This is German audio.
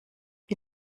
wie